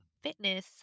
fitness